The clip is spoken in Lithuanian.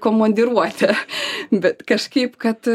komandiruotę bet kažkaip kad